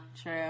True